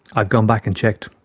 i've gone back and checked.